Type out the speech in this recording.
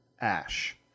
ash